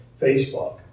Facebook